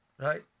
right